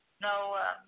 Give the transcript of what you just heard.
no